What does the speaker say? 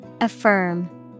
Affirm